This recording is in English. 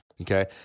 Okay